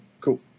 Cool